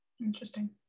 Interesting